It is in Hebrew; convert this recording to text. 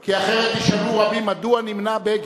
כי אחרת ישאלו רבים: מדוע נמנע בגין?